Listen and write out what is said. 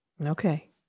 Okay